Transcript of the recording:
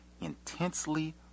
intensely